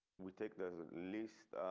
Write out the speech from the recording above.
we take the least